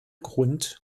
grund